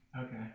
Okay